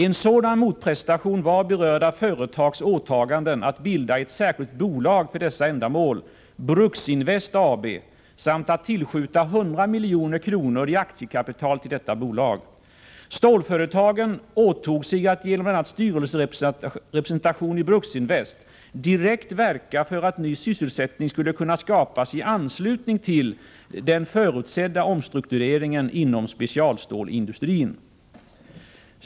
En sådan motprestation var berörda företags åtaganden att bilda ett särskilt bolag för dessa ändamål, Bruksinvest AB, samt att tillskjuta 100 milj.kr. i aktiekapital till detta bolag. Stålföretagen åtog sig att genom bl.a. styrelserepresentation i Bruksinvest direkt verka för att ny sysselsättning skulle kunna skapas i anslutning till den förutsedda omstruktureringen i specialstålsindustrin.